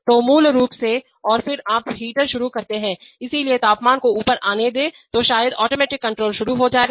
तो मूल रूप से और फिर आप हीटर शुरू करते हैं इसलिए तापमान को ऊपर आने दें तो शायद ऑटोमेटिक कंट्रोल शुरू हो जाएगा